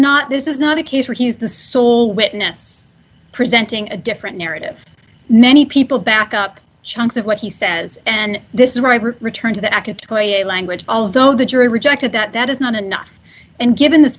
not this is not a case where he was the sole witness presenting a different narrative many people back up chunks of what he says and this is right return to the aca toy a language although the jury rejected that that is not enough and given th